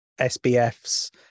sbf's